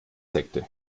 sekte